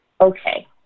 Okay